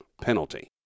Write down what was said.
penalty